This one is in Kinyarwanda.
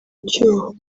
icyuho